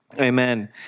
Amen